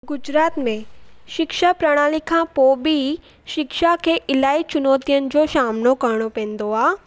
गुजरात में शिक्षा प्रणाली खां पोइ बि शिक्षा खे इलाही चुनौतियुनि जो सामनो करिणो पवंदो आहे